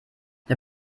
der